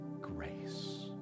grace